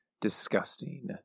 disgusting